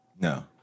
No